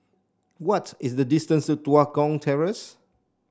what is the distance Tua Kong Terrace